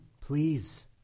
please